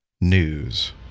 news